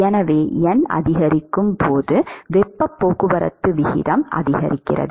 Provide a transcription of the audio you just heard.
எனவே n அதிகரிக்கும் போது வெப்பப் போக்குவரத்து விகிதம் அதிகரிக்கிறது